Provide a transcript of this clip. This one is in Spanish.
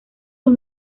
sus